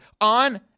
on